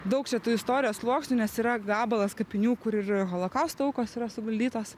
daug čia tų istorijos sluoksnių nes yra gabalas kapinių kur ir holokausto aukos yra suguldytos